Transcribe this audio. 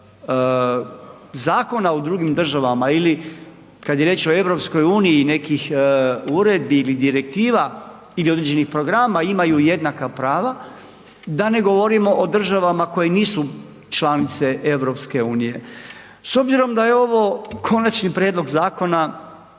zakona u drugim državama ili kad je riječ o EU i nekih uredbi ili direktiva ili određenih programa imaju jednaka prava da ne govorimo o državama koje nisu članice EU. S obzirom da je ovo konačni prijedlog zakona